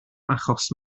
achos